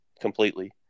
completely